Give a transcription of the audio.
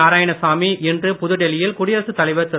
நாராயணசாமி இன்று புதுடெல்லியில் குடியரசுத் தலைவர் திரு